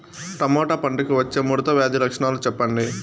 Tomato పంటకు వచ్చే ముడత వ్యాధి లక్షణాలు చెప్పండి?